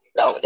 no